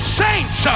saints